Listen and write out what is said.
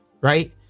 right